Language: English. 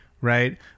right